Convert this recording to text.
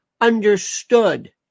understood